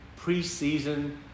preseason